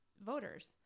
voters